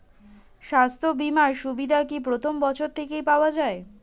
স্বাস্থ্য বীমার সুবিধা কি প্রথম বছর থেকে পাওয়া যায়?